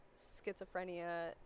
schizophrenia